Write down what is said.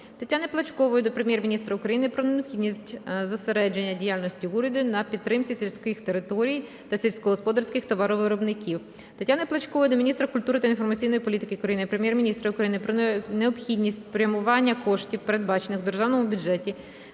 Тетяни Плачкової до Прем'єр-міністра України про необхідність зосередження діяльності Уряду на підтримці сільських територій та сільськогосподарських товаровиробників. Тетяни Плачкової до міністра культури та інформаційної політики України, Прем'єр-міністра України про необхідність спрямування коштів, передбачених у державному бюджеті